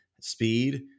speed